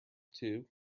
too